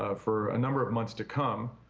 ah for a number of months to come,